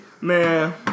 Man